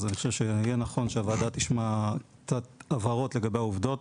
אני חושב שיהיה נכון שהוועדה תשמע קצת הבהרות לגבי העובדות,